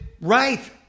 right